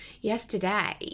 yesterday